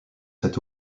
cet